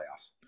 playoffs